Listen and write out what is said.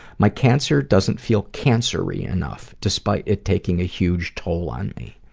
my cancer doesn't feel cancer-y enough despite it taking a huge toll on me.